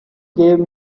gave